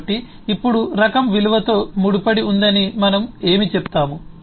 కాబట్టి ఇప్పుడు రకం విలువతో ముడిపడి ఉందని మనము ఏమి చెప్తాము